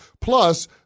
Plus